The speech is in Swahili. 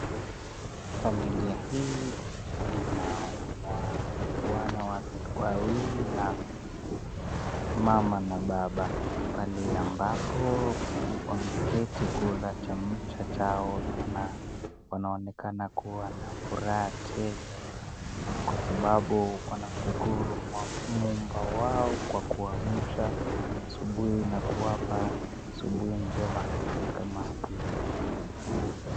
Familia hii lina wana wawili na mama na baba pale ambapo wameketi kula chamcha chao na wnaonekana kuwa na furaha tele kwa sababu wanamshukuru muumba wao kwa kuwaamsha asubuhi na kuwapa asubuhi njema kama hii.